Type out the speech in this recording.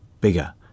bigger